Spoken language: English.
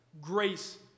Grace